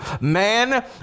Man